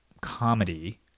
comedy